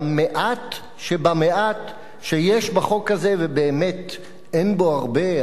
במעט שבמעט שיש בחוק הזה ובאמת אין בו הרבה,